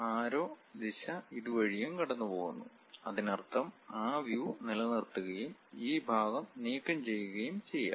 ആരോ ദിശ ഇതുവഴിയും കടന്നുപോകുന്നു അതിനർത്ഥം ആ വ്യൂ നിലനിർത്തുകയും ഈ ഭാഗം നീക്കം ചെയ്യുകയും ചെയ്യാം